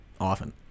often